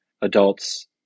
adults